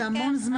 זה המון זמן.